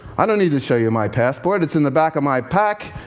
i don't need to show you my passport. it's in the back of my pack.